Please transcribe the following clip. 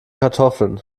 kartoffeln